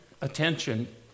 attention